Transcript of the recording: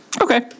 Okay